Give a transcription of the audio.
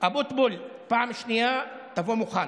אבוטבול, פעם שנייה תבוא מוכן.